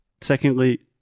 Secondly